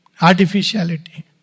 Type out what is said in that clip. artificiality